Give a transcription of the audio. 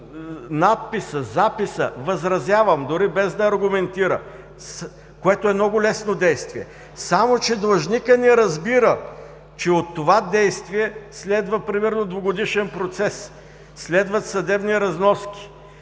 – записа: „Възразявам“ дори без да аргументира, което е много лесно действие. Длъжникът обаче не разбира, че от това действие следва примерно двугодишен процес, следват съдебни разноски